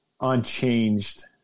unchanged